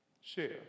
Share